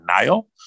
denial